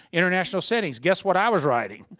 international settings. guess what i was writing?